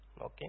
Okay